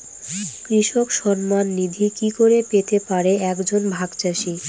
কৃষক সন্মান নিধি কি করে পেতে পারে এক জন ভাগ চাষি?